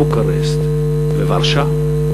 בוקרשט או ורשה,